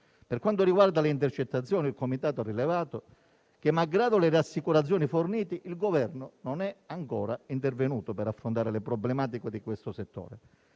Per quanto riguarda le intercettazioni, il Comitato ha rilevato che, malgrado le rassicurazioni fornite, il Governo non è ancora intervenuto per affrontare le problematiche di questo settore,